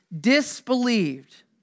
disbelieved